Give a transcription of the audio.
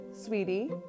sweetie